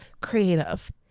creative